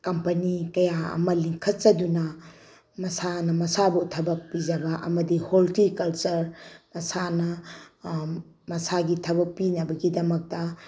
company ꯀꯌꯥ ꯑꯃ ꯂꯤꯡꯈꯠꯆꯗꯨꯅ ꯃꯁꯥꯅ ꯃꯁꯥꯕꯨ ꯊꯕꯛ ꯄꯤꯖꯕ ꯑꯃꯗꯤ ꯍꯣꯔꯇꯤꯀꯜꯆꯔ ꯃꯁꯥꯅ ꯃꯁꯥꯒꯤ ꯊꯕꯛ ꯄꯤꯅꯕꯒꯤꯗꯃꯛꯇ